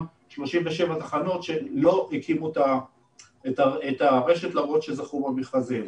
37 תחנות שלא הקימו את הרשת למרות שזכו במכרזים.